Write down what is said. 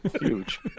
Huge